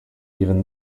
even